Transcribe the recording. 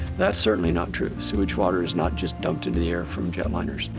that's certainly not true. sewage water is not just dumped in the air from jet liners.